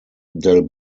del